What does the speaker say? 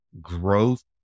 growth